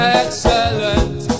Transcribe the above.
excellent